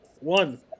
one